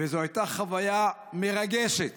וזאת הייתה חוויה מרגשת